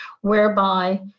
whereby